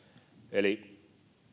eli